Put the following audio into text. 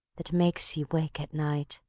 that makes ye wake at night,